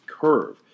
curve